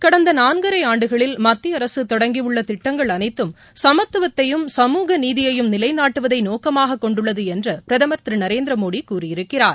கடந்த நான்கரை ஆண்டுகளில் மத்திய அரசு தொடங்கியுள்ள திட்டங்கள் அனைத்தும் சமத்துவத்தையும் சமூக நீதியையும் நிலைநாட்டுவதை நோக்கமாக கொண்டுள்ளது என்று பிரதமர் திரு நரேந்திரமோடி கூறியிருக்கிறார்